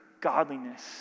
godliness